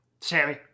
Sammy